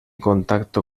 contacto